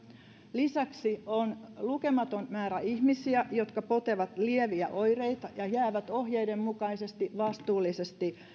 lisäksi on lukematon määrä ihmisiä jotka potevat lieviä oireita ja jäävät ohjeiden mukaisesti vastuullisesti